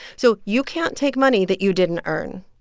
so you can't take money that you didn't earn.